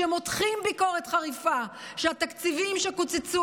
שמותחים ביקורת חריפה שהתקציבים שקוצצו